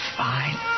fine